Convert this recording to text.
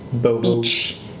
Beach